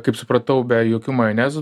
kaip supratau be jokių majonezų